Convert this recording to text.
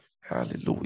hallelujah